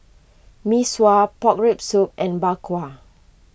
Mee Sua Pork Rib Soup and Bak Kwa